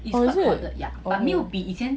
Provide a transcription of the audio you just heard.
oh is it